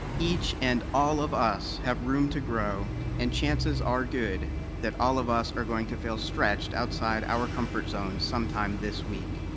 each and all of us have room to grow and chances are good that all of us are going to feel stretched outside our comfort zone sometime this week.